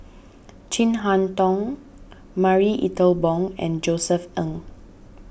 Chin Harn Tong Marie Ethel Bong and Josef Ng